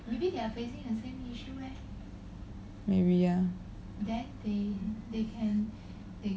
maybe ya